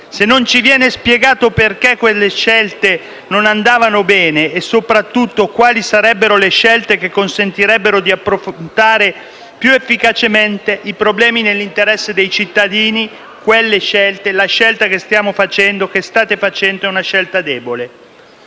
Se non ci viene spiegato perché quelle scelte non andavano bene e, soprattutto, quali sarebbero le scelte che consentirebbero di approfittare più efficacemente i problemi nell'interesse dei cittadini, la scelta che stiamo facendo, che state facendo, è una scelta debole.